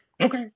Okay